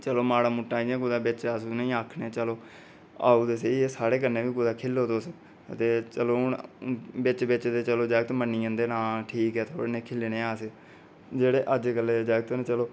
चलो माड़ा मुट्टा इ'यां कुतै बिच उ'नें ई आखने चलो आओ ते सेही साढे़ कन्नै बी खेढो तुस ते चलो हून बिच बिच ते चलो जागत मन्नी जंदे न हां ठीक ऐ चलो थुआढ़े ने खेढने आं अस जेह्ड़े अजकल दे जागत न चलो